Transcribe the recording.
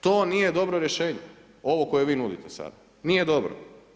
To nije dobro rješenje, ovo koje vi nudite sada, nije dobro.